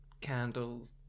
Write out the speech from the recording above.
candles